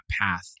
path